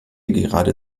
gerade